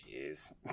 Jeez